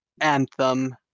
Anthem